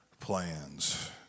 plans